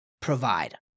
provide